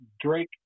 Drake